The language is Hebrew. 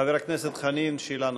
חבר הכנסת חנין, שאלה נוספת.